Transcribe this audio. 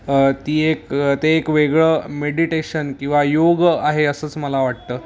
ती एक ते एक वेगळं मेडिटेशन किंवा योग आहे असंच मला वाटतं